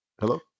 Hello